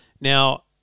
Now